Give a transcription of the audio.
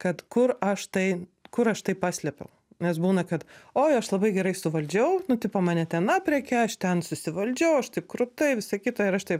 kad kur aš tai kur aš tai paslėpiau nes būna kad oi aš labai gerai suvaldžiau nu tipo mane ten aprėkė aš ten susivaldžiau aš taip krutai visa kita ir aš taip